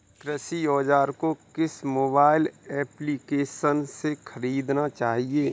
कृषि औज़ार को किस मोबाइल एप्पलीकेशन से ख़रीदना चाहिए?